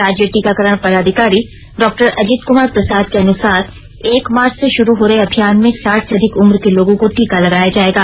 राज्य टीकाकरण पदाधिकारी डॉक्टर अजित कुमार प्रसाद के अनुसार एक मार्च से शुरू हो रहे अभियान में साठ से अधिक उम्र के लोगों को टीका लगाया जायेगा